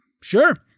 Sure